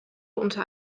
unter